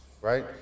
right